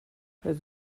roedd